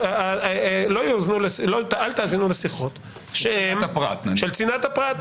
אל תאזינו לשיחות של צנעת הפרט,